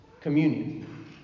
communion